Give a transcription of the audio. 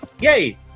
yay